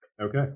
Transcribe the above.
Okay